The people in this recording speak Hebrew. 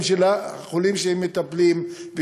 את חיי החולים שהם מטפלים בהם,